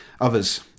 others